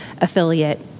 affiliate